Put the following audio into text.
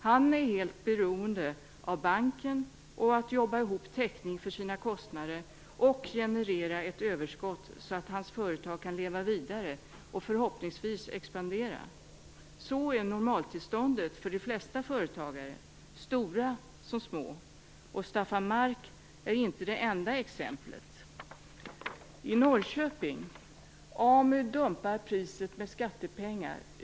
Han är helt beroende av banken samt av att jobba ihop till täckning för sina kostnader och generera ett överskott, så att hans företag kan leva vidare och, förhoppningsvis, expandera. Det är normaltillståndet för de flesta företagare, stora som små. Staffan Mark är inte det enda exemplet. I Norrköping dumpar AMU priset med skattepengar.